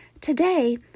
Today